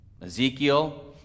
Ezekiel